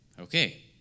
Okay